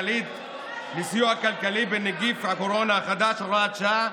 לסיוע כלכלי (נגיף הקורונה החדש) (הוראת שעה)